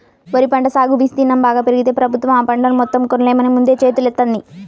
వరి పంట సాగు విస్తీర్ణం బాగా పెరిగితే ప్రభుత్వం ఆ పంటను మొత్తం కొనలేమని ముందే చేతులెత్తేత్తంది